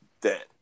dead